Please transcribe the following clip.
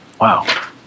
Wow